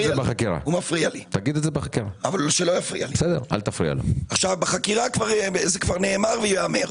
בחקירה זה כבר נאמר וייאמר.